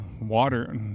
water